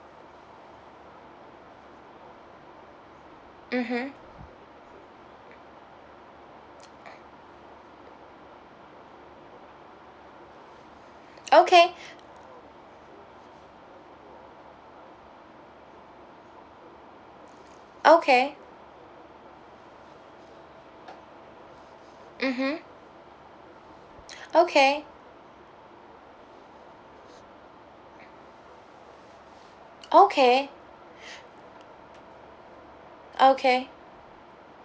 mmhmm okay okay mmhmm okay okay okay